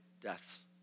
deaths